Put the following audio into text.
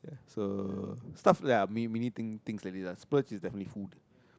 so stuff ya we we need thing things like this ah splurge is definitely food